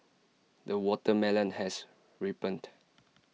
the watermelon has ripened